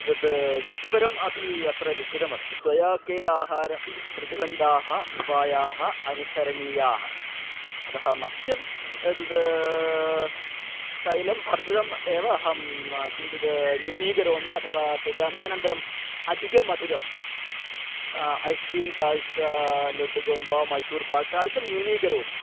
एतद् व्यक्तिपरम् अपि अत्र लिखितम् अस्ति त्वया के आहारप्रतिबन्दाः उपायाः अनुसरणीयाः अतः मह्यम् एतद् तैलं भर्जितम् एव अहं किञ्चिद् न्यूनीकरोमि अथवा त्यजामि अनन्तरम् अधिकं मधुरम् ऐस् क्रीम् तादृशं लड्डुकं वा मैसूर्पाक् तादृशं न्यूनीकरोमि